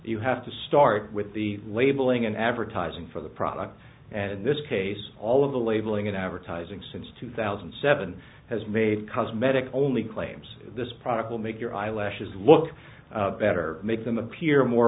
you have to start with the labeling and advertising for the product and in this case all of the labeling in advertising since two thousand and seven has made cosmetic only claims this product will make your eyelashes look better make them appear more